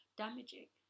damaging